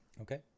Okay